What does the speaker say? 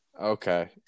Okay